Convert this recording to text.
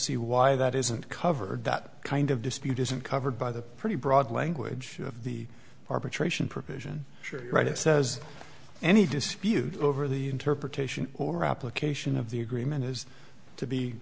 see why that isn't covered that kind of dispute isn't covered by the pretty broad language of the arbitration provision right it says any dispute over the interpretation or application of the agreement is to be